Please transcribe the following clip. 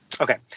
okay